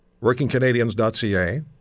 WorkingCanadians.ca